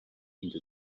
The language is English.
into